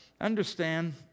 understand